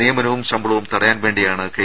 നിയമനവും ശമ്പളവും തടയാൻ വേണ്ടിയാണ് കെ